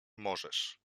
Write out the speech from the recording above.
możesz